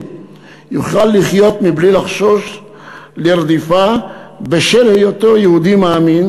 יוכל לחיות בלי לחשוש לרדיפה בשל היותו יהודי מאמין,